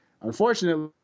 Unfortunately